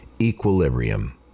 Equilibrium